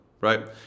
right